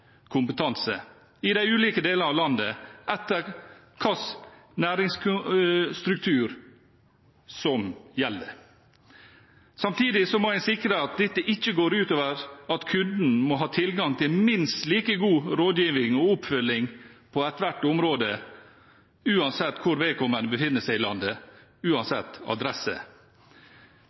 kompetanse i de ulike delene av landet alt etter hvilken næringsstruktur som gjelder. Samtidig må en sikre at dette ikke går ut over at kunden må ha tilgang til minst like god rådgivning og oppfølging på ethvert område, uansett hvor vedkommende befinner seg i landet, uansett adresse.